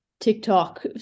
TikTok